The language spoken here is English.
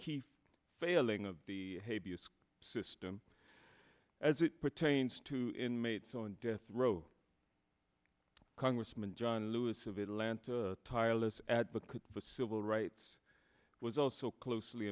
key failing of the system as it pertains to inmates on death row congressman john lewis of atlanta tireless advocate for civil rights was also closely